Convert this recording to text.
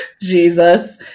Jesus